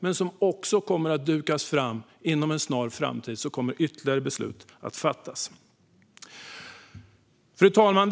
Inom en snar framtid kommer ytterligare beslut att fattas. Fru talman!